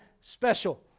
special